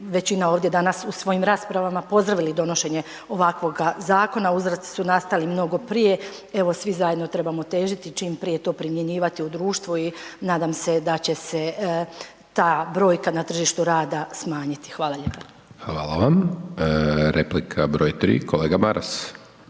većina ovdje danas u svojim rasprava pozdravili donošenje ovakvoga zakona, uzroci su nastali mnogo prije. Evo, svi zajedno trebamo težiti čim prije to primjenjivati u društvu i nadam se da će se ta brojka na tržištu rada smanjiti. Hvala lijepo. **Hajdaš Dončić, Siniša